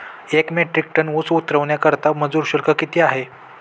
एक metric tonne ऊस उतरवण्याकरता मजूर शुल्क किती आहे?